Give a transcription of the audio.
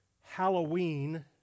Halloween